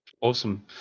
Awesome